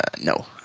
No